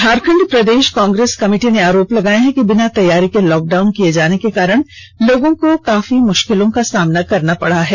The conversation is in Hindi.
झारखंड प्रदेष कांग्रेस कमिटी ने आरोप लगाया है कि बिना तैयारी के लॉकडाउन किये जाने के कारण लोगों को काफी मुष्किलों का सामना करना पड़ा है